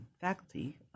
faculty